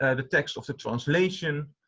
ah the text of the translation,